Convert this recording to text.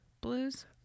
blues